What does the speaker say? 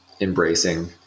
embracing